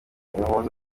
umuhuza